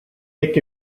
jekk